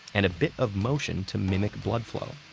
and a bit of motion to mimic blood flow.